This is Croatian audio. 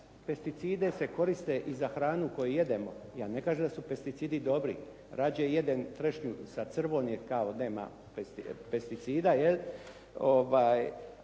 Pesticide se koristi i za hranu koju jedemo. Ja ne kažem da su pesticidi dobri. Rađe jedem trešnju sa crvom jer kao nema pesticida